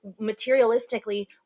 materialistically